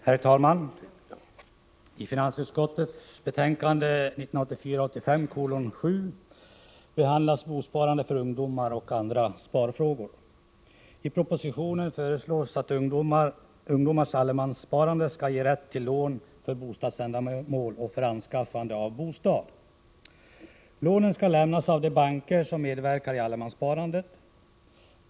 Herr talman! I finansutskottets betänkande 7 behandlas bosparande för ungdomar och andra sparfrågor. I propositionen föreslås att ungdomars allemanssparande skall ge rätt till lån för bostadsändamål och för anskaffande av bostad. Lånen skall lämnas av de banker som medverkar i allemanssparandet.